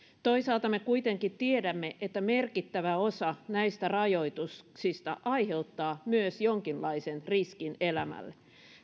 toisaalta me kuitenkin tiedämme että merkittävä osa näistä rajoituksista aiheuttaa myös jonkinlaisen riskin elämälle